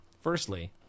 Firstly